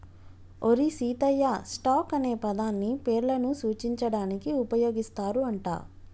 ఓరి సీతయ్య, స్టాక్ అనే పదాన్ని పేర్లను సూచించడానికి ఉపయోగిస్తారు అంట